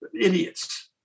idiots